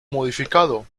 modificado